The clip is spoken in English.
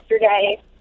yesterday